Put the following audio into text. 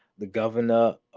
the governor,